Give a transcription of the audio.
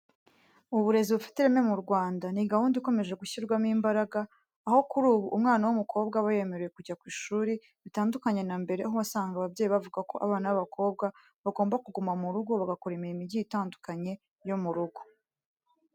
Uburezi bufite ireme mu Rwanda, ni gahunda ikomeje gushyirwamo imbaraga, aho kuri ubu umwana w'umukobwa aba yemerewe kujya ku ishuri bitandukanye na mbere aho wasangaga ababyeyi bavuga ko abana b'abakobwa bagomba kuguma mu rugo bagakora imirimo igiye itandukanye yo mu rugo.